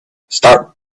start